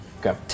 Go